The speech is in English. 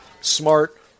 smart